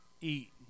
eat